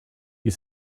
you